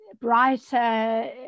brighter